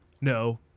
no